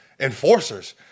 Enforcers